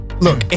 look